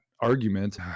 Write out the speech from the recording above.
argument